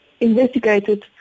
investigated